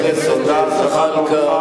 חבר הכנסת זחאלקה,